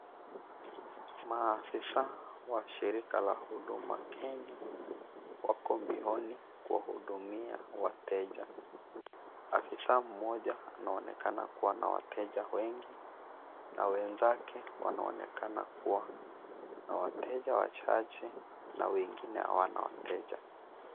Maafisa wa shirika la huduma Kenya wakp mbioni kuwahudumia wateja. Afisa mmoja naonekana kuwa na wateja wengi na wenzake wanonekana kuwa na wateja wachache na wengini hawana wateja.